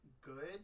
good